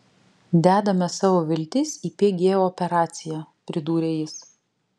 dedame savo viltis į pg operaciją pridūrė jis